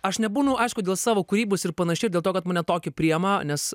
aš nebūnu aišku dėl savo kūrybos ir panašiai ir dėl to kad mane tokį priėma nes